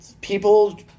people